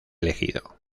elegido